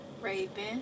Raven